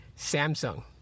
Samsung